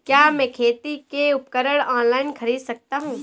क्या मैं खेती के उपकरण ऑनलाइन खरीद सकता हूँ?